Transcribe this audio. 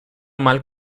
mal